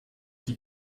die